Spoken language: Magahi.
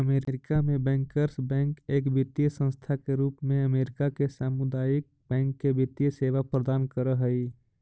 अमेरिका में बैंकर्स बैंक एक वित्तीय संस्था के रूप में अमेरिका के सामुदायिक बैंक के वित्तीय सेवा प्रदान कर हइ